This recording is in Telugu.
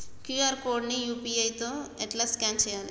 క్యూ.ఆర్ కోడ్ ని యూ.పీ.ఐ తోని ఎట్లా స్కాన్ చేయాలి?